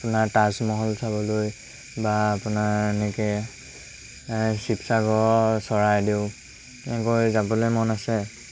আপোনাৰ তাজমহল চাবলৈ বা আপোনাৰ এনেকৈ শিৱসাগৰ চৰাইদেউ এনেকৈ যাবলৈ মন আছে